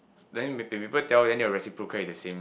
then maybe report tell your reciprocal at the same